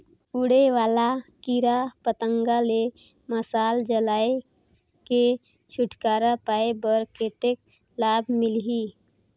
उड़े वाला कीरा पतंगा ले मशाल जलाय के छुटकारा पाय बर कतेक लाभ मिलही?